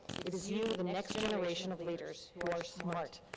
it it is you, the next generation of leaders who are smart,